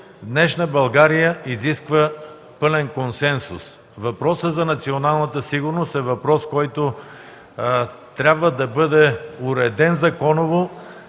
днешна България изисква пълен консенсус. Въпросът за националната сигурност трябва да бъде уреден законово,